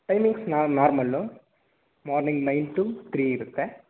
timings normal morning nine to three ಇರುತ್ತೆ